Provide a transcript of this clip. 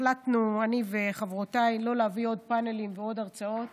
החלטנו אני וחברותיי לא להביא עוד פאנלים ועוד הרצאות,